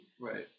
right